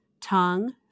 tongue